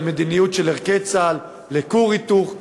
המדיניות של ערכי צה"ל באשר לכור היתוך,